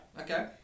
Okay